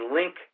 link